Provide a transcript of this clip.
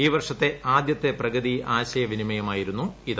ഈ വർഷത്തെ ആദ്യത്തെ പ്രഗതി ആശയവിനിമയമായിരുന്നു ഇത്